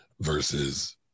versus